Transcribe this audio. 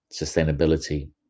sustainability